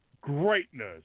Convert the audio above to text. greatness